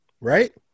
Right